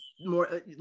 more